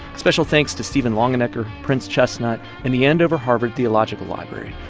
special thanks to stephen longenecker, prince chestnut, and the andover-harvard theological library,